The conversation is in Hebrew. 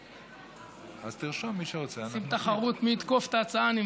אני מבין שעושים תחרות מי יתקוף את ההצעה.